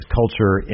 culture